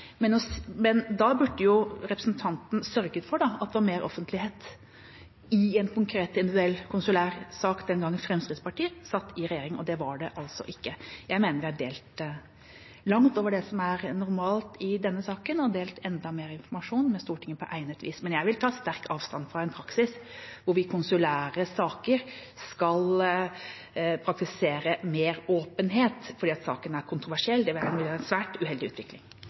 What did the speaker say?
men da burde representanten ha sørget for at det var mer offentlighet i en konkret, individuell konsulær sak den gangen Fremskrittspartiet satt i regjering. Det var det ikke. Jeg mener det er delt langt mer informasjon i denne saken enn det som er normalt, og det er delt enda mer informasjon med Stortinget på egnet vis. Men jeg vil ta sterk avstand fra en praksis hvor vi i konsulære saker skal praktisere meråpenhet fordi saken er kontroversiell. Det ville være en svært uheldig utvikling.